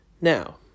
Now